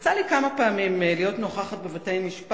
יצא לי כמה פעמים להיות נוכחת בבתי-משפט,